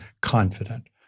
confident